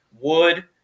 Wood